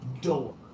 door